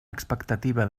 expectativa